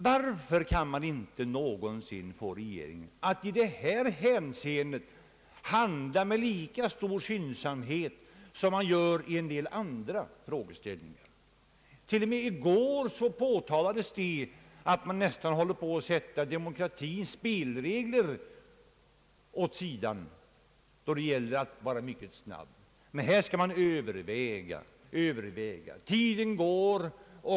Varför kan regeringen aldrig någonsin i detta hänseende handla med lika stor skyndsamhet som i en del andra frågor? I går påtalades det till och med att man nästan håller på att sätta demokratins spelregler åt sidan då det gäller att vara mycket snabb. Men här skall man överväga, och tiden går.